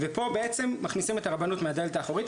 ופה בעצם מכניסים את הרבנות מהדלת האחורית,